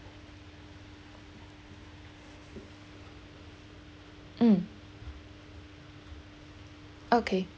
mm okay